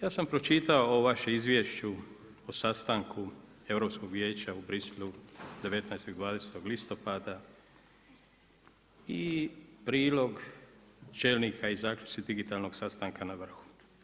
Ja sam pročitao u vašem izvješću o sastanku Europskog vijeća u Bruxellesu 19. i 20. listopada i prilog čelnika i zaključci digitalnog sastanka na vrhu.